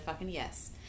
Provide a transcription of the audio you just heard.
yes